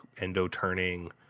endo-turning